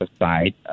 aside